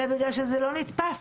אלא בגלל שזה לא נתפס,